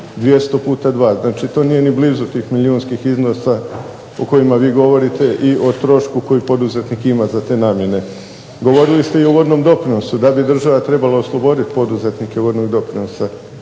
200 puta 2. Znači to nije ni blizu tih milijunskih iznosa o kojima vi govorite i o trošku koji poduzetnik ima za te namjene. Govorili ste i o vodnom doprinosu, da bi država trebala oslobodit poduzetnike vodnog doprinosa.